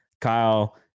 Kyle